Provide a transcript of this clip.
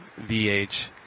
VH